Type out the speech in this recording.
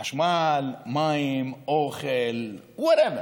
חשמל, מים, אוכל, whatever,